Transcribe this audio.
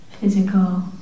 physical